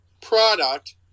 product